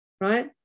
right